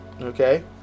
okay